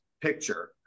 picture